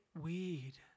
weed